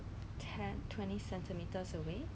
他不会特地留我 but 它有